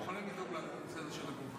אנחנו יכולים לדאוג לנושא הזה של הגובה.